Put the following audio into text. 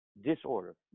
disorder